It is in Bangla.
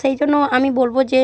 সেই জন্য আমি বলব যে